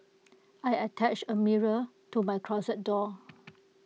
I attached A mirror to my closet door